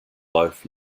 loaf